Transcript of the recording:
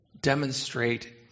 demonstrate